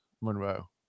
Monroe